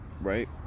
Right